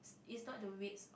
it's not the weights